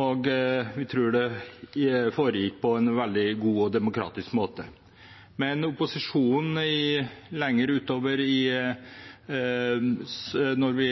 og vi tror det foregikk på en veldig god og demokratisk måte. Men opposisjonen ba da vi